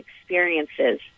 experiences